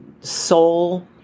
soul